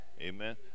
Amen